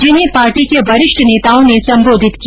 जिन्हें पार्टी के वरिष्ठ नेताओं ने संबोधित किया